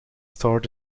starred